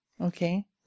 Okay